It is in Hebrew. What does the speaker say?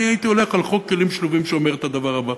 אני הייתי הולך על חוק כלים שלובים שאומר את הדבר הבא: